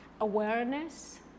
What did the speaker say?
awareness